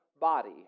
body